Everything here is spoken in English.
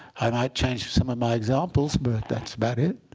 i might change some of my examples. but that's about it.